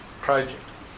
projects